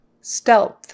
Stealth